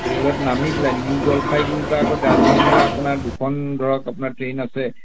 ৰে'লত নামি পেলাই নিউ জলপাইগুৰিৰ পৰা আকৌ দাৰ্জিলিঙলৈ আপোনাৰ দুখন ধৰক আপোনাৰ ট্ৰেইন আছে